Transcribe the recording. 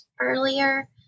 earlier